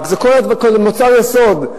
זה מוצר יסוד,